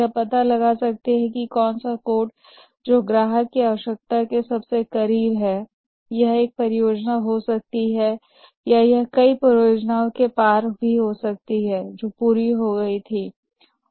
यह पता लगा सकता है कि कौन सा कोड है जो ग्राहक की आवश्यकता के सबसे करीब है यह एक परियोजना से हो सकती है या यह कई परियोजनाओं को मिलाकर हो सकती है जो पहले पूरी हो चुकी है